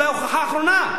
אולי הוכחה אחרונה,